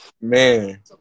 man